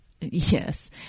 Yes